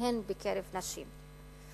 והן בקרב נשים.